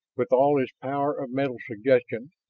with all his power of mental suggestion,